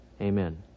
Amen